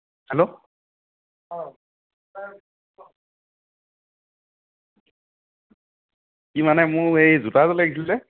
hello অঁ মানে মোৰ এই জোতা এযোৰ লাগিছিলে